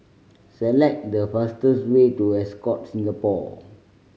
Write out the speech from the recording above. select the fastest way to Ascott Singapore